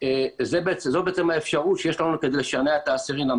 זו האפשרות בעצם שיש לנו כדי לשנע את האסירים.